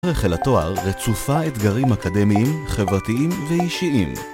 ערך אל התואר רצופה אתגרים אקדמיים, חברתיים ואישיים.